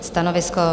Stanovisko?